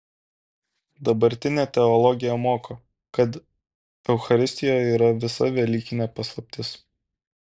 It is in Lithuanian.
dabartinė teologija moko kad eucharistijoje yra visa velykinė paslaptis